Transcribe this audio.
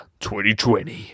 2020